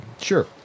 Sure